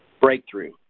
Breakthrough